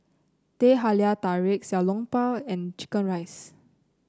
Teh Halia Tarik Xiao Long Bao and chicken rice